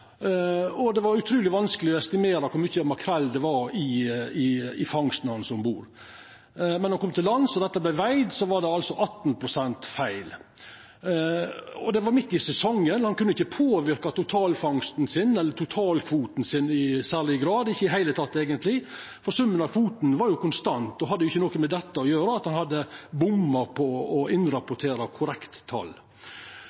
han kom til land og dette vart vege, var det altså 18 pst. feil. Det var midt i sesongen, og han kunne ikkje påverka totalkvoten sin i særleg grad – ikkje i det heile teke, eigentleg. Summen av kvoten var jo konstant og hadde ikkje noko å gjera med at han hadde bomma på å